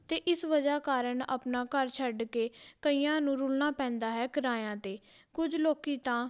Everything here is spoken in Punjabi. ਅਤੇ ਇਸ ਵਜ੍ਹਾ ਕਾਰਨ ਆਪਣਾ ਘਰ ਛੱਡ ਕੇ ਕਈਆਂ ਨੂੰ ਰੁਲਣਾ ਪੈਂਦਾ ਹੈ ਕਿਰਾਇਆਂ 'ਤੇ ਕੁਝ ਲੋਕ ਤਾਂ